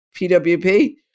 PWP